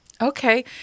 Okay